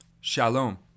shalom